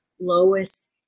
lowest